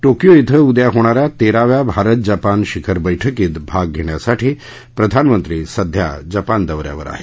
Tokyo ििं उद्या होणा या तेराव्या भारत जपान शिखर बैठकीत भाग घेण्यासाठी प्रधानमंत्री सध्या जपान दौ यावर आहेत